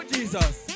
Jesus